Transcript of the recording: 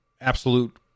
absolute